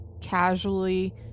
casually